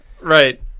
right